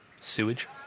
Sewage